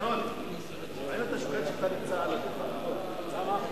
אדוני היושב-ראש, חברי הכנסת, לאחר הבחירות